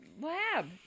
lab